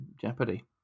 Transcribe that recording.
jeopardy